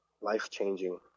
life-changing